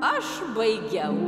aš baigiau